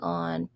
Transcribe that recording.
on